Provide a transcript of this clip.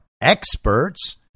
experts